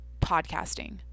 podcasting